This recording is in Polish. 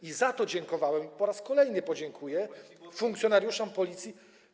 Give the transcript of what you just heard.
I za to dziękowałem i po raz kolejny podziękuję funkcjonariuszom Policji.